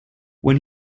when